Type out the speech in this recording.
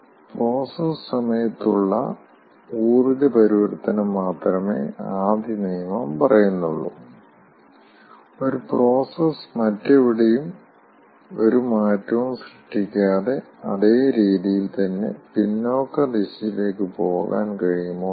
process സമയത്ത് ഉള്ള ഊർജ്ജ പരിവർത്തനം മാത്രമേ ആദ്യ നിയമം പറയുന്നുള്ളൂ ഒരു പ്രൊസസ്സ് മറ്റെവിടെയും ഒരു മാറ്റവും സൃഷ്ടിക്കാതെ അതേ രീതിയിൽ തന്നെ പിന്നോക്ക ദിശയിലേക്ക് പോകാൻ കഴിയുമോ എന്ന്